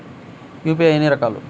UPI ఎన్ని రకాలు?